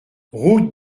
route